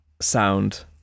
sound